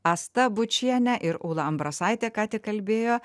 asta bučiene ir ūla ambrasaitė ką tik kalbėjo